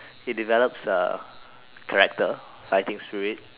it develops uh character fighting spirit